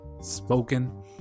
spoken